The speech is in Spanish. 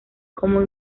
como